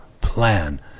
plan